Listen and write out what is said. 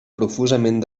profusament